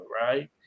right